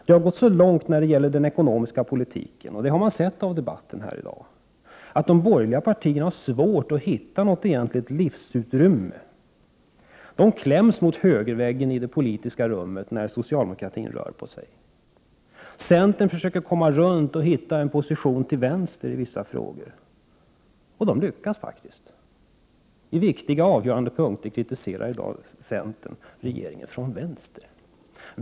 Det har gått så långt när det gäller den ekonomiska politiken — och det har man hört i debatten här i dag — att de borgerliga partierna har svårt att hitta något egentligt livsutrymme. De kläms mot högerväggen i det politiska rummet när socialdemokratin rör på sig. Centern försöker komma runt och hitta en position till vänster i vissa frågor, och de lyckas faktiskt. På viktiga, avgörande punkter kritiserar centern i dag regeringen från vänster.